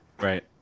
Right